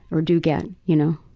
or do get. you know.